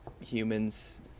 humans